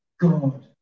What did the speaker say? God